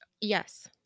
Yes